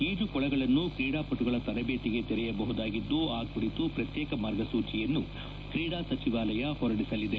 ಈಜುಕೊಳಗಳನ್ನು ಕ್ರೀಡಾಪಟುಗಳ ತರಬೇತಿಗೆ ತೆರೆಯಬಹುದಾಗಿದ್ದು ಆ ಕುರಿತು ಪ್ರತ್ಯೇಕ ಮಾರ್ಗಸೂಚಿಯನ್ನು ಕ್ರೀಡಾ ಸಚಿವಾಲಯ ಹೊರಡಿಸಲಿದೆ